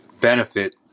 benefit